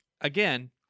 again